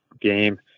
game